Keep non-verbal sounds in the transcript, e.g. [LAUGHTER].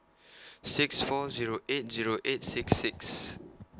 [NOISE] six four Zero eight Zero eight [NOISE] six six